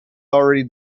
already